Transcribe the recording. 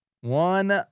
One